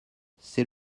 c’est